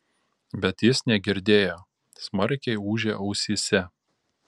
bet jis negirdėjo smarkiai ūžė ausyse